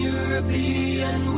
European